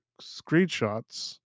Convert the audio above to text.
screenshots